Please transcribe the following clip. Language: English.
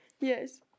Yes